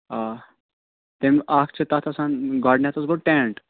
آ تَمہِ اَکھ چھِ تَتھ آسان گۄڈٕنٮ۪تھ حظ گوٚو ٹٮ۪نٛٹ